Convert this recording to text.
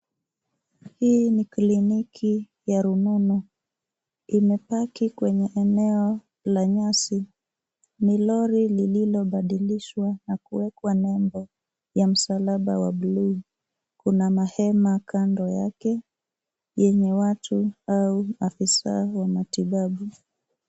Hii ni kliniki ya rununu imepaki kwenye eneo la nyasi. Ni lori lililobadilishwa na kuwekwa nembo ya msalaba wa bluu. Kuna mahema kando yake yenye watu au afisa wa matibabu.